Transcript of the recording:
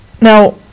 Now